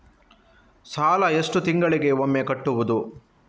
ಸಾಲ ಎಷ್ಟು ತಿಂಗಳಿಗೆ ಒಮ್ಮೆ ಕಟ್ಟುವುದು?